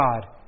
God